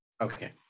Okay